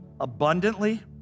abundantly